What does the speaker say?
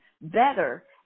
better